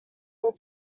will